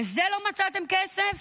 לזה לא מצאתם כסף?